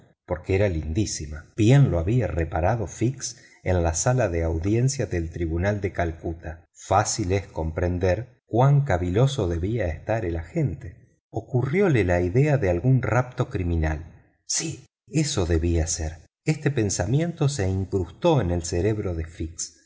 porque era lindísima bien lo había reparado fix en la sala de audiencias del tribunal de calcuta fácil es comprender cuán caviloso debía estar el agente ocurriósele la idea de algún rapto criminal sí eso debía ser este pensamiento se incrustó en el cerebro de fix